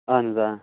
اَہَن حظ آ